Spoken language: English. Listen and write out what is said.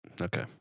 okay